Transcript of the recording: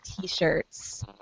t-shirts